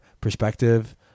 perspective